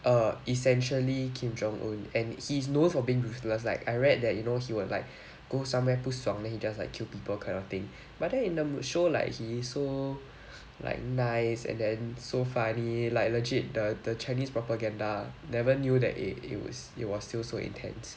err essentially kim jong un and he is known for being ruthless like I read that you know he would like go somewhere 不爽 then he just like kill people kind of thing but then in the show like he so like nice and then so funny like legit the the chinese propaganda never knew that it was it was still so intense